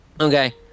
Okay